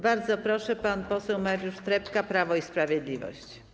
Bardzo proszę, pan poseł Mariusz Trepka, Prawo i Sprawiedliwość.